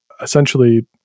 essentially